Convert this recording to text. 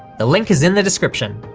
the link is in the description.